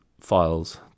files